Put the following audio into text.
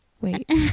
wait